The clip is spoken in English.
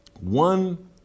one